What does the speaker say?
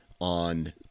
on